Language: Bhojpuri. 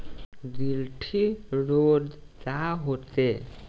गिल्टी रोग का होखे?